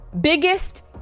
biggest